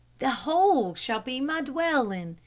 the hole shall be my dwelling,